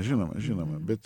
žinoma žinoma bet